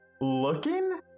looking